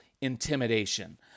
intimidation